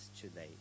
today